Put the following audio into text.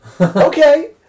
Okay